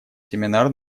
семинар